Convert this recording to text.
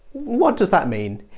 what does that mean?